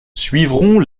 suivront